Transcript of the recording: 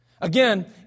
Again